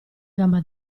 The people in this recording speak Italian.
gamba